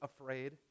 afraid